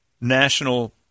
National